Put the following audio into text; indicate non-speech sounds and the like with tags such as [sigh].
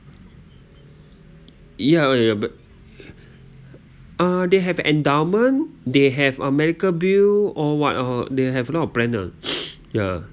ya ya ya but uh they have endowment they have a medical bill or what uh they have a lot of plan ah [noise] ya